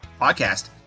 podcast